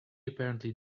apparently